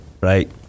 right